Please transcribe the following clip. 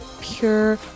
pure